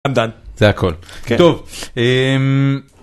זה הכל. טוב.